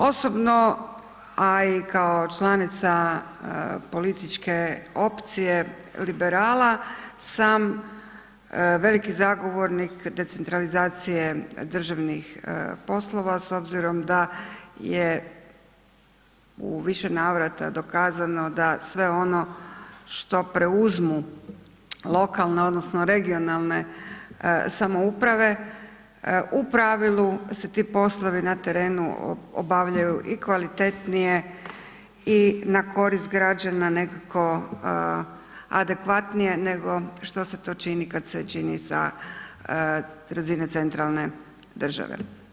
Osobno, a i kao članica političke opcije Liberala sam veliki zagovornik decentralizacije državnih poslova s obzirom da je u više navrata dokazano da sve ono što preuzmu lokalne odnosno regionalne samouprave u pravilu se ti poslovi na terenu obavljaju i kvalitetnije i na korist građana nekako adekvatnije nego što se to čini kada se čini sa razine centralne države.